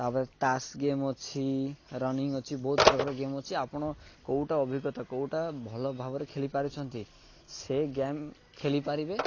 ତା'ପରେ ତାସ୍ ଗେମ୍ ଅଛି ରନିଙ୍ଗ୍ ଅଛି ବହୁତ ପ୍ରକାର ଗେମ୍ ଅଛି ଆପଣ କେଉଁଟା ଅଭିଜ୍ଞତା କେଉଁଟା ଭଲ ଭାବରେ ଖେଳି ପାରୁଛନ୍ତି ସେ ଗେମ୍ ଖେଳିପାରିବେ